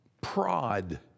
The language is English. Prod